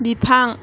बिफां